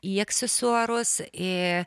į aksesuarus į